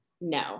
No